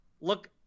look